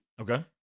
Okay